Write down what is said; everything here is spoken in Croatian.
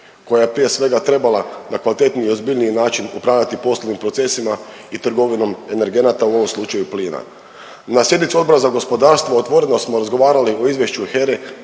koja je prije svega trebala na kvalitetniji i ozbiljniji način upravljati poslovnim procesima i trgovinom energenata u ovom slučaju plina. Na sjednici Odbora za gospodarstvo otvoreno smo razgovarali o izvješću HERA-e